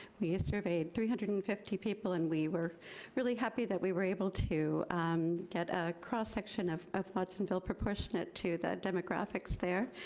we ah surveyed three hundred and fifty people and we were really happy that we were able to um get ah cross-section of of watsonville proportionate to the demographics there,